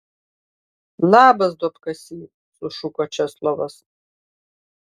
labas duobkasy sušuko česlovas